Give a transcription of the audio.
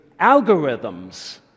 algorithms